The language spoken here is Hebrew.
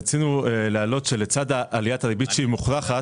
לצד עליית הריבית שהיא הכרחית,